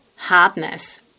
hardness